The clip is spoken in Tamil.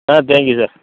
ah thank you sir